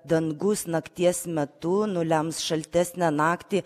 dangus nakties metu nulems šaltesnę naktį